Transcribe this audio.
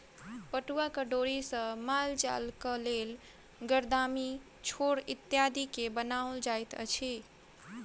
पटुआक डोरी सॅ मालजालक लेल गरदामी, छोड़ इत्यादि बनाओल जाइत अछि